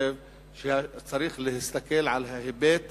צריך להסתכל על ההיבט